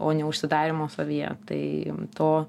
o ne užsidarymo savyje tai to